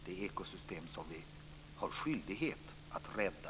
Det är ekosystem som vi har skyldighet att rädda.